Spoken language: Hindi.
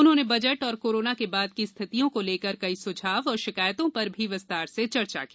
उन्होंने बजट एवं कोरोना के बाद की स्थितियों को लेकर कई सुझाव और शिकायतों पर भी विस्तार से चर्चा की